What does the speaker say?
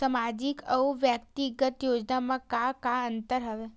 सामाजिक अउ व्यक्तिगत योजना म का का अंतर हवय?